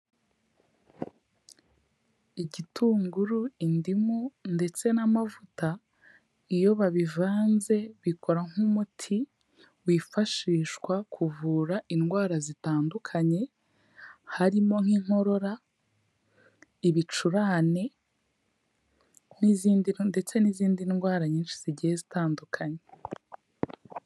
Igitunguru, indimu, ndetse n'amavuta, iyo babivanze bikora nk'umuti wifashishwa kuvura indwara zitandukanye harimo nk'inkorora, ibicurane, ndetse n'izindi ndwara nyinshi zigiye zitandukanye.